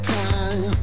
time